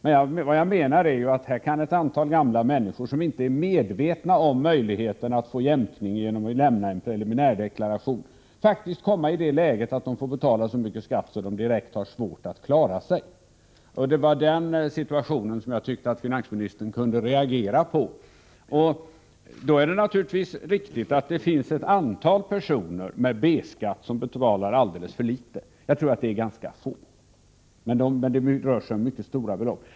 Men vad jag vill ha fram är att ett antal gamla människor, som inte är medvetna om möjligheten att få jämkning genom att lämna en preliminär deklaration, här faktiskt kan hamna i den situationen att de får betala så mycket skatt att de har direkt svårt att klara sig. Det var den situationen jag tyckte att finansministern kunde reagera på. Det är naturligtvis riktigt att det finns ett antal personer med B-skatt som betalar alldeles för litet. Jag tror att det är ganska få, men det rör sig om mycket stora belopp.